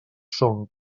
són